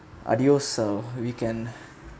adios uh weekend